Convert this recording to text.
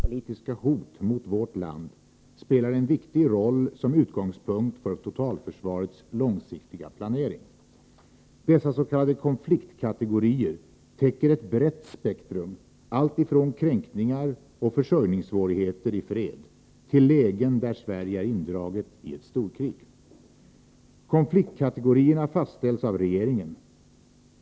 Fru talman! Oswald Söderqvist har frågat mig vilka åtgärder jag tänker vidta med anledning av en tidningsintervju i Dagens Nyheter med underrättelsechefen vid försvarsstaben med innebörd att NATO inte är något hot mot Sverige, att man ogillar öststaterna och att det förekommer ett samarbete med underrättelsetjänster i väst. Beskrivningar av olika typer av tänkbara säkerhetspolitiska hot mot vårt land spelar en viktig roll som utgångspunkt för totalförsvarets långsiktiga planering. Dessa s.k. konfliktkategorier täcker ett brett spektrum alltifrån kränkningar och försörjningssvårigheter i fred till lägen där Sverige är indraget i ett storkrig. Konfliktkategorierna fastställs av regeringen.